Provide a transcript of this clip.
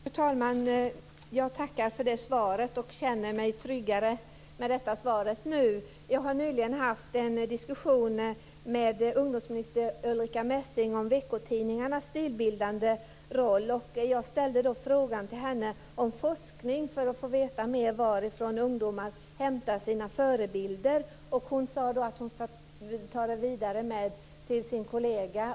Fru talman! Jag tackar för svaret och känner mig tryggare med det. Jag har nyligen haft en diskussion med ungdomsminister Ulrica Messing om veckotidningarnas stilbildande roll. Jag ställde då en fråga till henne om forskning för att få veta mer om varifrån ungdomar hämtar sina förebilder. Hon sade då att hon skulle ta med sig frågan till sin kollega.